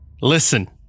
listen